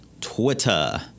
Twitter